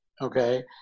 okay